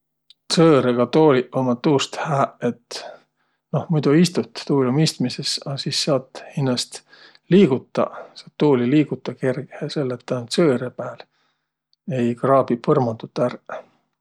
Tsõõrõga tooliq ummaq tuust hääq, et, noh, muid istut, tuul um istmisõs, a sis saat hinnäst liigutaq, saat tuuli liigutaq kergehe, selle et taa um tsõõrõ pääl, ei kraabiq põrmandut ärq.